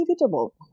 inevitable